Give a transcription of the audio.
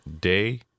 day